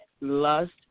lust